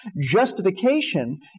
Justification